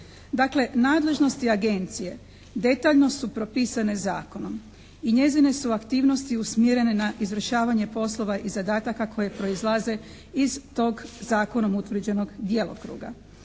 Dakle nadležnosti agencije detaljno su propisane zakonom i njezine su aktivnosti usmjerene na izvršavanje poslova i zadataka koji proizlaze iz tog zakonom utvrđenog djelokruga,